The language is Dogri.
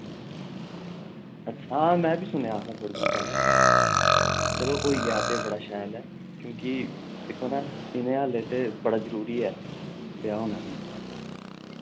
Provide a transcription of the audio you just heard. अच्छ हां में वी सुनेया हा थोह्ड़े दिन पैह्ले चलो होई जा ते बड़ा शैल ऐ क्यूंकि दिक्खो ना इ'नें आह्ले ते बड़ा जरुरी ऐ ब्याह् होना वी